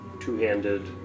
two-handed